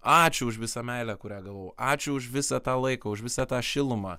ačiū už visą meilę kurią gavau ačiū už visą tą laiką už visą tą šilumą